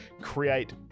create